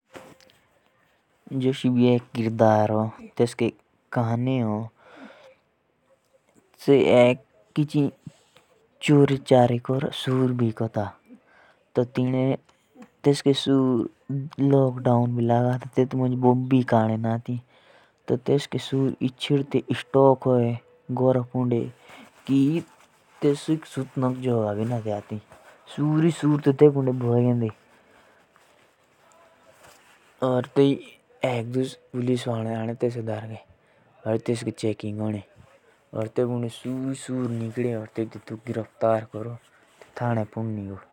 जोष एक किरदार हो कुणि एक आदमी हो सियो सुर गाडो और बिको। और तोई लॉकडाउन लगा तो जो तेसका जो सुरा का स्टोक था सेया फुल नोटा होई। और तेसके बिटरे सुर ही सुर थे, ताई एक दुस तेसके डरके छापा पोड़ा और तेसक पुलिस वडी पकड़ा।